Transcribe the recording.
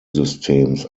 systems